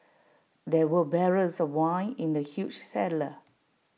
there were barrels of wine in the huge cellar